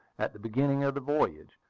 at the beginning of the voyage,